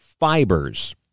Fibers